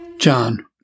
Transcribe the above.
John